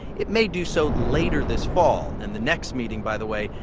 it may do so later this fall. and the next meeting, by the way,